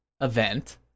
event